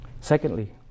Secondly